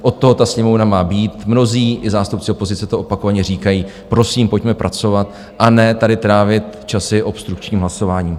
Od toho Sněmovna má být, mnozí, i zástupci opozice, to opakovaně říkají prosím, pojďme pracovat, a ne tady trávit časy obstrukčním hlasováním.